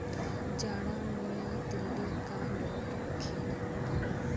जाड़ा मे तिल्ली क लड्डू खियावल जाला